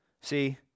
See